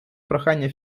прохання